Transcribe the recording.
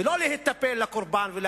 ולא להיטפל לקורבן.